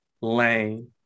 lane